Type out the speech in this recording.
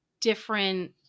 different